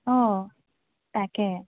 অ তাকে